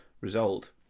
result